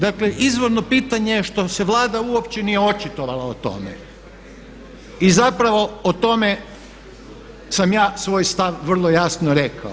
Dakle, izvorno pitanje je što se Vlada uopće nije očitovala o tome i zapravo o tome sam ja svoj stav vrlo jasno rekao.